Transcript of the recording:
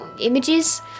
Images